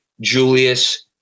Julius